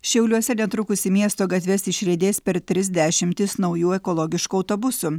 šiauliuose netrukus į miesto gatves išriedės per tris dešimtis naujų ekologiškų autobusų